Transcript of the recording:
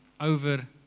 over